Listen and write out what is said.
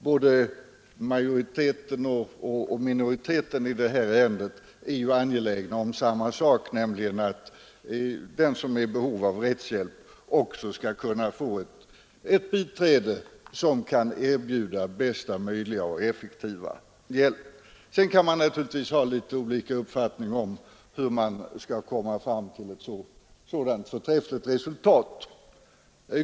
Både majoriteten och minoriteten i detta ärende är ju angelägna om samma sak, nämligen att den som är i behov av rättshjälp också skall kunna få ett biträde som kan erbjuda bästa möjliga och effektivast möjliga hjälp. Sedan kan man naturligtvis ha litet olika uppfattningar om hur man skall komma fram till ett sådant förträffligt resultat.